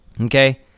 Okay